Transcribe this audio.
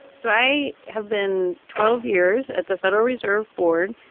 so i have been twelve years at the federal reserve board,